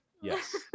Yes